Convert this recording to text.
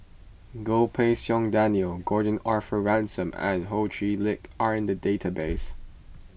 Goh Pei Siong Daniel Gordon Arthur Ransome and Ho Chee Lick are in the database